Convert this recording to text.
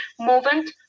movement